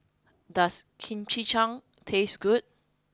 does Chimichangas taste good